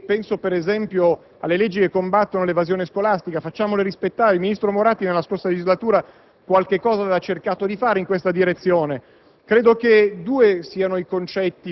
Ci sono già alcune leggi. Penso, per esempio, a quelle che combattono l'evasione scolastica. Facciamole rispettare! Il ministro Moratti, nella scorsa legislatura, qualcosa aveva cercato di fare in questa direzione.